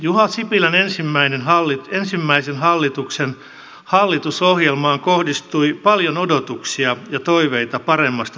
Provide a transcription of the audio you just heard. juha sipilän ensimmäisen hallituksen hallitusohjelmaan kohdistui paljon odotuksia ja toiveita paremmasta tulevaisuudesta